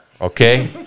okay